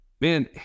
man